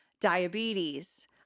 diabetes